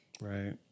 Right